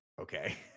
okay